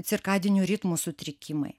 cirkadinių ritmų sutrikimai